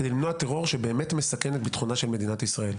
כדי למנוע טרור שבאמת מסכן את ביטחונה של מדינת ישראל.